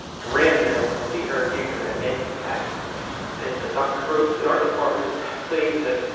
ran down to see her, gave her that yankees hat and a doctor gross in our department claims that.